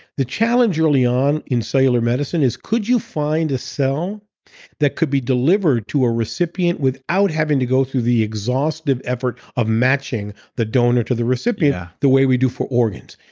the challenge early on in cellular medicine is, could you find a cell that could be delivered to a recipient without having to go through the exhaustive effort of matching the donor to the recipient ah the way we do for organs?